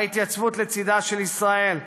בהתייצבות לצידה של ישראל,